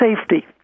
safety